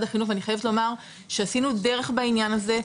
החינוך ואני חייבת לומר שעשינו דרך בעניין הזה,